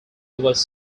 was